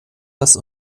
das